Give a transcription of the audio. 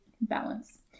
balance